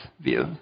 view